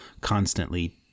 constantly